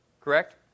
correct